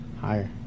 Higher